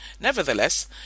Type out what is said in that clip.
Nevertheless